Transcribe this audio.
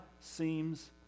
seems